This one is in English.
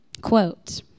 Quote